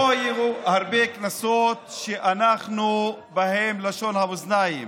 לא היו הרבה כנסות שאנחנו בהן לשון המאזניים,